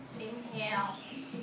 inhale